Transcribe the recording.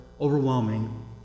overwhelming